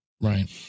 right